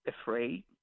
afraid